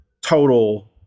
total